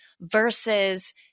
versus